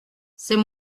c’est